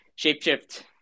Shapeshift